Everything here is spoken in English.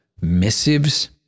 missives